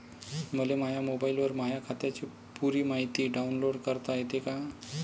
मले माह्या मोबाईलवर माह्या खात्याची पुरी मायती डाऊनलोड करता येते का?